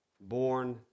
born